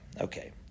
Okay